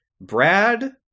Brad